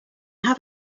have